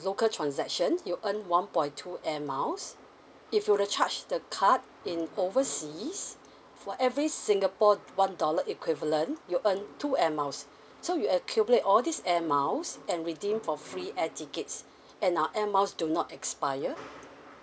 local transaction you earn one point two air miles if you were to charge the card in overseas for every singapore one dollar equivalent you earn two air miles so you accumulate all these air miles and redeem for free air tickets and our air miles do not expire